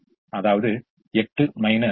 இப்போது அதன் விளைவு என்ன